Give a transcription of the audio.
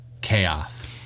chaos